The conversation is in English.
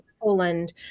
Poland